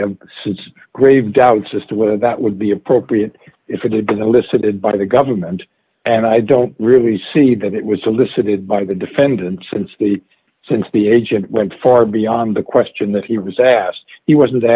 have since grave doubts as to whether that would be appropriate if it had been the listed by the government and i don't really see that it was solicited by the defendant since the since the agent went far beyond the question that he was asked he wasn't